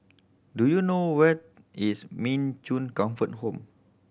do you know where is Min Chong Comfort Home